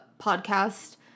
podcast